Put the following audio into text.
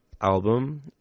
album